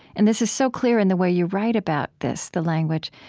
and this is so clear in the way you write about this, the language,